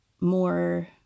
more